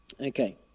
Okay